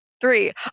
three